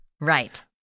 Right